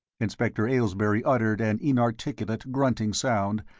inspector aylesbury uttered an inarticulate, grunting sound,